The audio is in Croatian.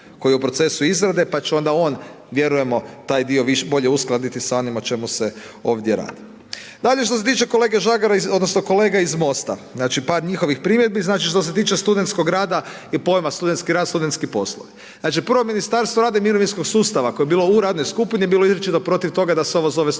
koji je u procesu izrade pa će onda on, vjerujemo taj dio bolje uskladiti sa onim o čemu se ovdje radi. Dalje što se tiče kolege Žagara, odnosno kolega iz MOST-a, znači par njihovih primjedbi, znači što se tiče studentskog rada i pojma studentski rad, studentski poslovi. Znači prvo Ministarstvo rada i Mirovinskog sustava koje je bilo u radnoj skupini, bilo je izričito protiv toga da se ovo zove studentski